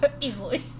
Easily